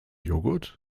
joghurt